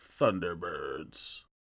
Thunderbirds